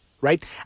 right